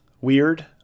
weird